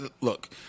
look